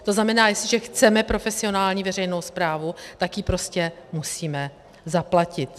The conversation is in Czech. To znamená, jestliže chceme profesionální veřejnou správu, tak ji prostě musíme zaplatit.